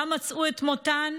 שם מצאו את מותן